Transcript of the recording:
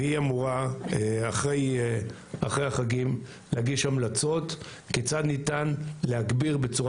והיא אמורה אחרי החגים להגיש המלצות כיצד ניתן להגביר בצורה